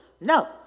No